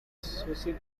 sushi